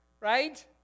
right